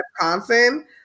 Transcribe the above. Wisconsin